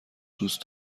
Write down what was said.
دوست